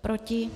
Proti?